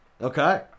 Okay